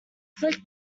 flick